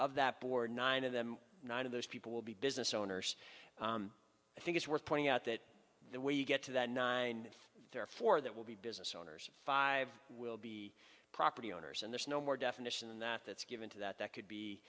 of that board nine of them nine of those people will be business owners i think it's worth pointing out that the way you get to that nine there are four that will be business owners five will be property owners and there's no more definition in that that's given to that that could